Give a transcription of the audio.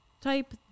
type